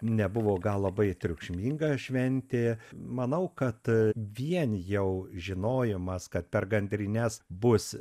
nebuvo gal labai triukšminga šventė manau kad vien jau žinojimas kad per gandrines bus